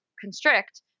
constrict